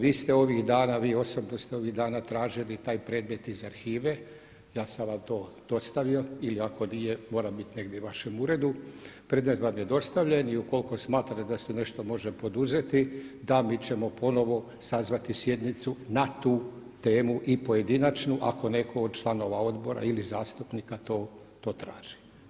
Vi ste ovih dana, vi osobno ste ovih dana tražili taj predmet iz arhive, ja sam vam to dostavio ili ako nije mora biti negdje u vašem uredu, predmet vam je dostavljen i ukoliko smatrate da se nešto može poduzeti, da, mi ćemo ponovo sazvati sjednicu na tu temu i pojedinačnu ako netko od članova odbora ili zastupnika to traži.